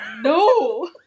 no